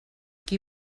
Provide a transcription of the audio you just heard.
qui